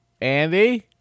Andy